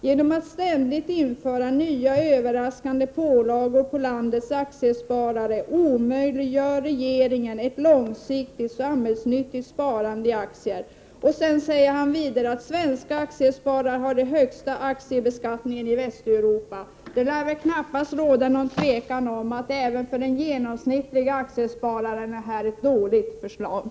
Genom att ständigt införa nya överraskande pålagor på landets aktiesparare omöjliggör regeringen ett långsiktigt och samhällsnyttigt sparande i aktier.” Han säger också att ”svenska aktiesparare har den högsta aktiebeskattningen i Västeuropa”. Det lär väl knappast råda något tvivel om att detta är ett dåligt förslag även för den genomsnittlige aktiespararen.